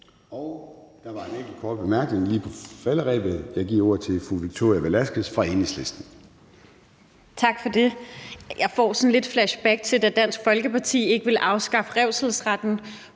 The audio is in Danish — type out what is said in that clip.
Der var en enkelt kort bemærkning lige på falderebet. Jeg giver ordet til fru Victoria Velasquez fra Enhedslisten.